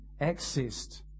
accessed